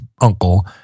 uncle